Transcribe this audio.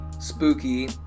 spooky